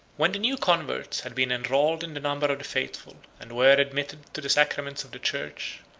when the new converts had been enrolled in the number of the faithful, and were admitted to the sacraments of the church,